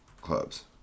clubs